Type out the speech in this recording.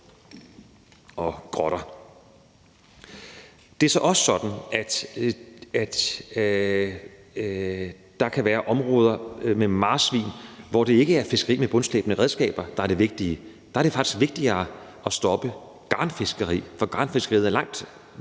og grotter. Det er så også sådan, at der kan være områder med marsvin, hvor det ikke er fiskeri med bundslæbende redskaber, der er det vigtige. Der er det faktisk vigtigere at stoppe garnfiskeri, for garnfiskeri er langt